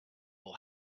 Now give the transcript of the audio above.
will